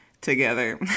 together